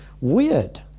weird